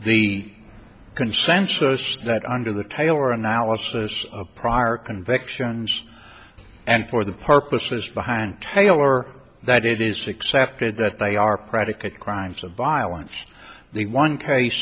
the consensus that under the title or analysis of prior convictions and for the purposes behind taylor that it is accepted that they are predicate crimes of violence the one case